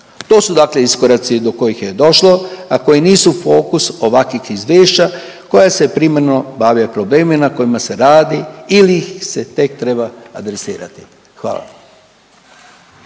To su dakle iskoraci do kojih je došlo, a koji nisu fokus ovakvih izvešća koja se primarno bave problemima na kojima se radi ili ih se tek treba adresirati. Hvala.